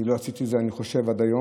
אני חושב שלא עשיתי את זה עד היום,